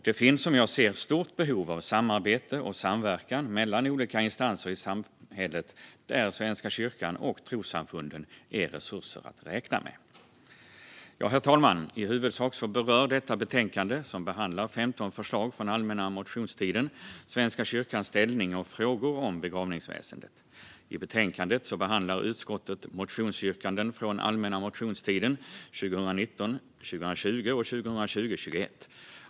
Det finns, som jag ser det, ett stort behov av samarbete och samverkan mellan olika instanser i samhället, där Svenska kyrkan och trossamfunden är resurser att räkna med. Herr talman! I huvudsak berör detta betänkande, som behandlar 15 förslag från allmänna motionstiden, Svenska kyrkans ställning och frågor om begravningsväsendet. I betänkandet behandlar utskottet motionsyrkanden från allmänna motionstiden 2019 21.